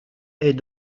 est